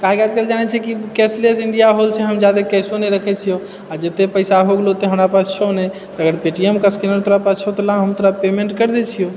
काहे की आजकल जानै छिही कि कैशलेस होल छै जादे केशो नहि रखै छियै जते पैसा हो गेलौ ओते हमरा पास छौ नहि अगर पेटीएम कस्टमर तोरा पास छौ तऽ ला हम तोरा पेमेन्ट करि दै छियौ